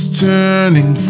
turning